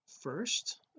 first